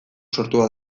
sortua